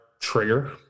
trigger